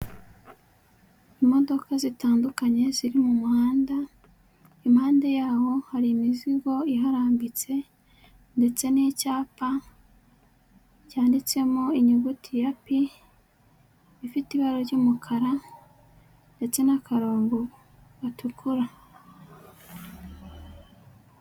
Imodoka zitandukanye ziri mu muhanda, impande yaho hari imizigo iharambitse ndetse n'icyapa cyanditsemo inyuguti ya P, ifite ibara ry'umukara ndetse n'akarongo gatukura.